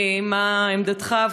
מה עמדתך,